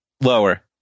Lower